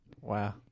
Wow